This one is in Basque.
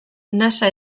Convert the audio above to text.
nasa